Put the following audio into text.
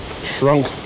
shrunk